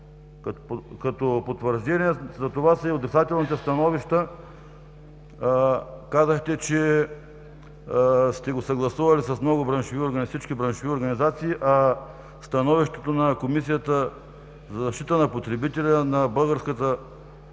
Потвърждение за това са и отрицателните становища – казахте, че сте го съгласували с всички браншови организации, а становищата на Комисията за защита на потребителя и на